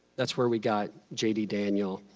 that's where we got j d. daniel,